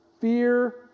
fear